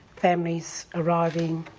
families arriving